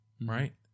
right